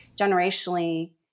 generationally